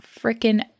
freaking